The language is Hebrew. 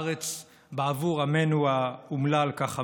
בעבור עמנו האומלל, כך אמר,